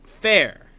Fair